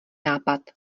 nápad